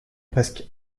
presque